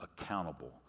accountable